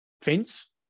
fence